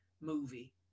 movie